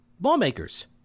Lawmakers